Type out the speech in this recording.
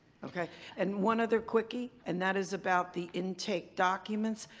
okay and one other quickie and that is about the intake documents.